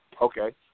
Okay